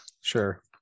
Sure